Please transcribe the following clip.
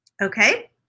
Okay